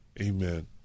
Amen